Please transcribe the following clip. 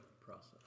process